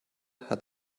hat